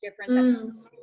different